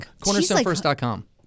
CornerstoneFirst.com